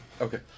Okay